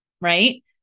right